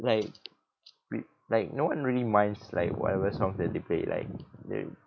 like we like no one really minds like whatever songs that they play like they